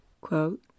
quote